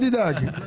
אל תדאג,